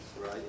right